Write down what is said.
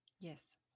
Yes